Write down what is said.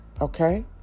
okay